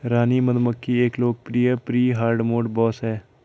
रानी मधुमक्खी एक लोकप्रिय प्री हार्डमोड बॉस है